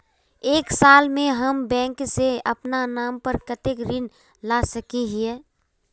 एक साल में हम बैंक से अपना नाम पर कते ऋण ला सके हिय?